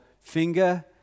finger